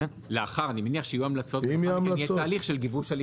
אני מניח שיהיו המלצות ולאחר מכן יהיה הליך של גיבוש הליך